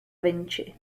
vinci